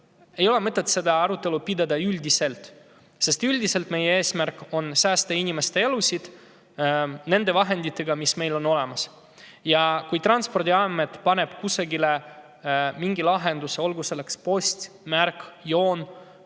Ei ole mõtet pidada seda arutelu üldiselt, sest üldiselt on meie eesmärk säästa inimeste elusid nende vahenditega, mis meil on olemas. Kui Transpordiamet [kasutab] kusagil mingit lahendust, olgu selleks post, märk, joon